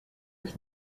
ich